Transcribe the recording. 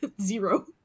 zero